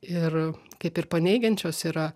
ir kaip ir paneigiančios yra